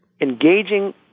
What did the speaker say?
Engaging